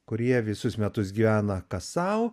kurie visus metus gyvena kas sau